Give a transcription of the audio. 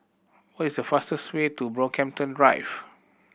what is the fastest way to Brockhampton Drive